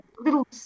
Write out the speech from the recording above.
little